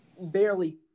barely